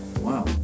wow